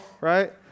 right